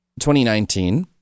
2019